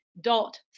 dot